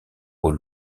aux